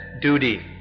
duty